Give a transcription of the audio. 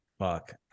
fuck